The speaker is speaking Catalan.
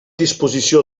disposició